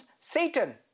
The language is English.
Satan